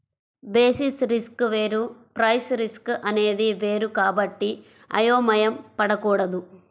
basis risk వేరు price risk అనేది వేరు కాబట్టి అయోమయం పడకూడదు